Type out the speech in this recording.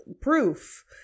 proof